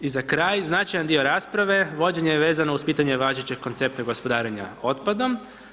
I za kraj, značajan dio rasprave, vođen je vezano uz pitanje važećeg koncepta gospodarenja otpadom.